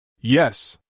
Yes